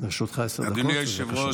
אצלו באומנה),